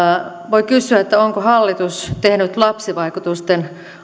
kysyä onko hallitus tehnyt lapsivaikutusten